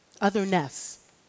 otherness